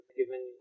given